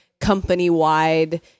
company-wide